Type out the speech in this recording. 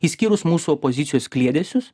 išskyrus mūsų opozicijos kliedesius